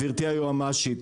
גברתי היועמ"שית,